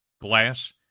Glass